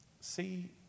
See